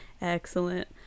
excellent